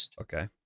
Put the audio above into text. Okay